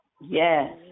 Yes